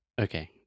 Okay